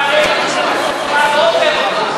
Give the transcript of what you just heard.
בעד או נגד,